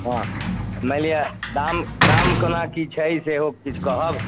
हँ मानि लिअ दाम दाम कोना की छै सेहो किछु कहब